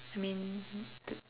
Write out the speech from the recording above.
I mean